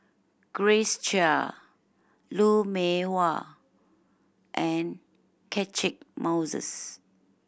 Grace Chia Lou Mee Wah and Catchick Moses